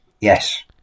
Yes